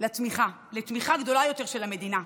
לתמיכה גדולה יותר של המדינה.